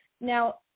Now